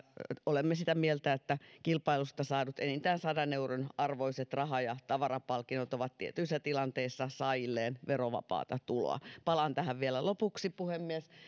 olemme sitä mieltä että kilpailuista saadut enintään sadan euron arvoiset raha ja tavarapalkinnot ovat tietyissä tilanteissa saajilleen verovapaata tuloa palaan tähän vielä lopuksi puhemies